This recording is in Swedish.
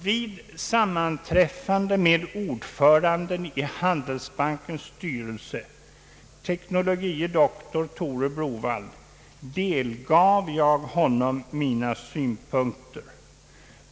Vid sammanträffande med ordföranden i handelsbankens styrelse tekn. dr Tore Browaldh delgav jag honom mina synpunkter.